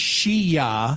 Shia